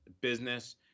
business